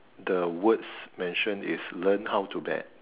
the words mentioned is learn how to bet